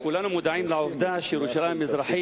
כולנו מודעים לעובדה שירושלים המזרחית